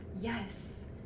Yes